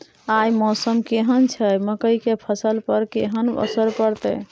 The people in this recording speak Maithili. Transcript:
आय मौसम केहन छै मकई के फसल पर केहन असर परतै?